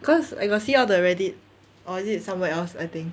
cause I got see on the Reddit or is it somewhere else I think